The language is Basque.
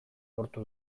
lortu